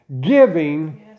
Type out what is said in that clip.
giving